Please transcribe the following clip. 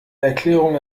erklärung